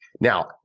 Now